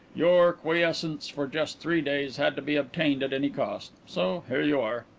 your quiescence for just three days had to be obtained at any cost. so here you are.